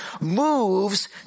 moves